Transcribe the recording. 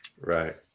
Right